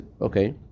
okay